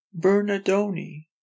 bernadoni